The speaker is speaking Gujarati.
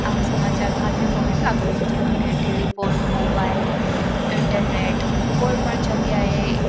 આમ સમાચાર માધ્યમો કેટલાક હોય છે જેવા કે આ ટેલિફોન મોબાઈલ ઈન્ટરનેટ કોઈપણ જગ્યાએ